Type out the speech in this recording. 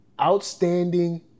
outstanding